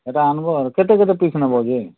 ସେଟା ଆଣବ କେତେ କେତେ ପିସ୍ ନବକି